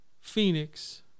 Phoenix